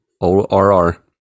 O-R-R